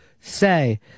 say